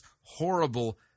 horrible